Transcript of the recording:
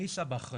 מי יישא באחריות?